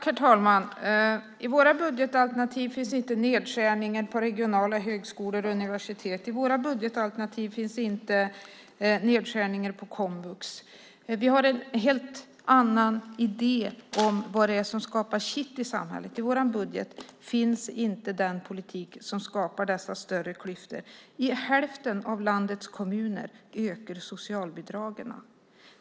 Herr talman! I våra budgetalternativ finns inte nedskärningen på regionala högskolor och universitet. I våra budgetalternativ finns inte nedskärningen på komvux. Vi har en helt annan idé om vad det är som skapar kittet i samhället. I vår budget finns inte den politik som skapar dessa större klyftor. I hälften av landets kommuner ökar socialbidragen.